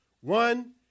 One